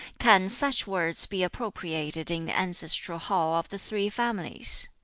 can such words be appropriated in the ancestral hall of the three families?